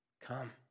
come